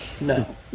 No